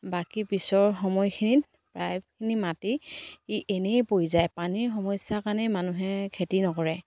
বাকী পিছৰ সময়খিনিত প্ৰায়খিনি মাটি ই এনেই পৰি যায় পানীৰ সমস্যা কাৰণেই মানুহে খেতি নকৰে